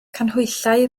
canhwyllau